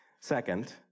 Second